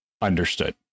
understood